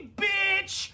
bitch